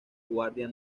guardia